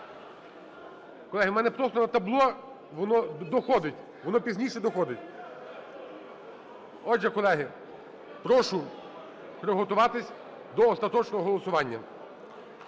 Колеги, в мене просто на табло доходить… воно пізніше доходить. Отже, колеги, прошу приготуватись до остаточного голосування.